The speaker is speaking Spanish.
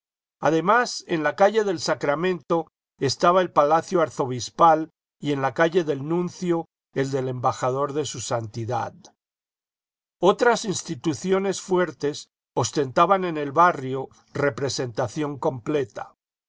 además en la calle del sacramento estaba el palacio arzobispal y en la calle del nuncio el del embajador de su santidad otras instituciones fuertes ostentaban en el barrio representación completa